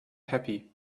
happy